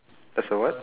there's a what